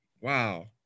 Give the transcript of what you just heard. Wow